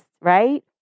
right